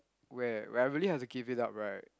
where where I really have to give it up right